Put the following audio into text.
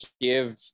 give